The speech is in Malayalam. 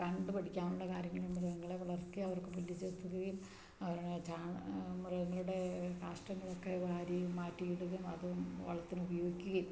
കണ്ടു പഠിക്കാനുള്ള കാര്യങ്ങളും മൃഗങ്ങളെ വളർത്തി അവർക്ക് പുല്ല് ചെത്തുകയും അവരുടെ മൃഗങ്ങളുടെ കാഷ്ടങ്ങളൊക്കെ വാരിയും മാറ്റിയിടുകയും അതും വളത്തിന് ഉപയോഗിക്കുകയും